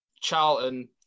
Charlton